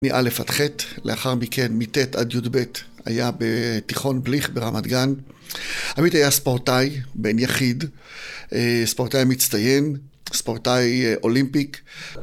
מאלף עד חית, לאחר מכן מטית עד י"ב היה בתיכון בליך ברמת גן.עמיתי היה ספורטאי בן יחיד, ספורטאי מצטיין, ספורטאי אולימפיק